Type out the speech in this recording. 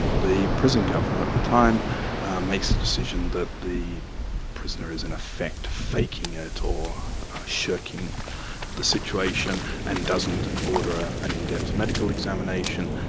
the prison governor at the time makes a decision that the prisoner is in effect faking it, or shirking the situation and doesn't order ah an in-depth medical examination.